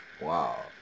wow